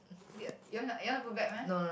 put it uh you want to you want to put back meh